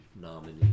nominee